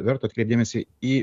verta atkreipt dėmesį į